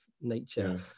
nature